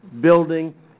building